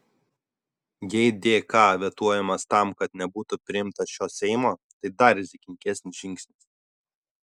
jei dk vetuojamas tam kad nebūtų priimtas šio seimo tai dar rizikingesnis žingsnis